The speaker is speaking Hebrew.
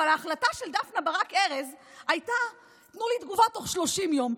אבל ההחלטה של דפנה ברק ארז הייתה: תנו לי תגובה תוך 30 יום.